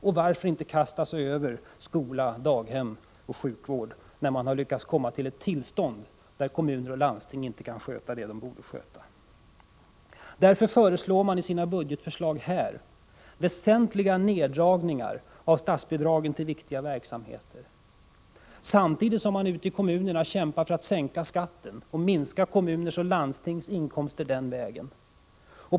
Och varför inte kasta sig över skola, daghem och sjukvård när man lyckats nå fram till ett tillstånd där kommuner och landsting inte kan sköta det som de borde sköta? Därför föreslår de borgerliga i sina budgetförslag väsentliga neddragningar av statsbidragen till viktiga verksamheter, samtidigt som man ute i kommunerna kämpar för att sänka skatten och minska kommunernas och landstingens inkomster den vägen.